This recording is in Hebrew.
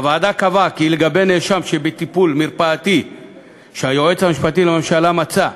הוועדה קבעה כי לגבי נאשם שבטיפול מרפאתי שהיועץ המשפטי לממשלה מצא,